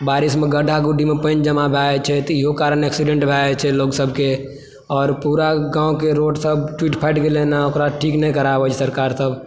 बारिशमे गड्ढा गुढ़ीमे पानि जमा भए जाइ छै तऽ इहो कारण एक्सिडेंट भए जाइ छै लोक सबके और पुरा गाँवके रोड सब टुटि फाइट गेलनि हँ ओकरा ठीक नहि कराबै छै सरकार सब